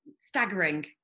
staggering